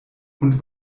und